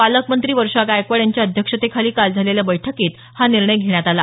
पालकमंत्री वर्षा गायकवाड यांच्या अध्यक्षतेखाली काल झालेल्या बैठकीत हा निर्णय घेण्यात आला